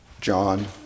John